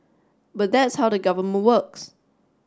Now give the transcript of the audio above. but that's how the government works